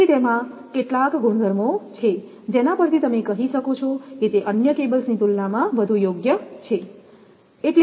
તેથી તેમાં કેટલાક ગુણધર્મો છે જેના પર થી તમે કહી શકો છો તે અન્ય કેબલ્સની તુલનામાં વધુ યોગ્ય છે